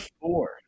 four